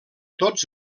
tots